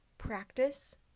practice